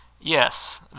yes